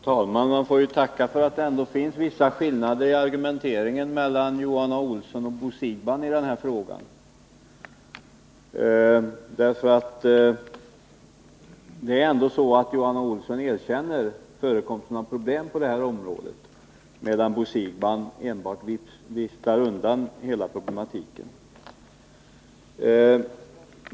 Herr talman! Man får vara tacksam för att det ändå finns vissa skillnader mellan Johan Olssons och Bo Siegbahns argumentering i den här frågan. Johan Olsson erkänner ju förekomsten av problem på det här området, medan Bo Siegbahn enbart viftar undan hela problematiken.